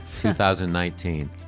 2019